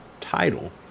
title